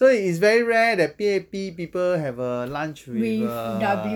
所以 it's very rare that P_A_P people have a lunch with err